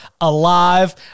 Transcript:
alive